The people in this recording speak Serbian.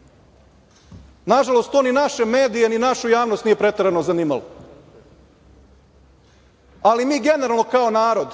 prošli. Nažalost, to ni naše medije, ni našu javnost nije preterano zanimalo, ali mi generalno kao narod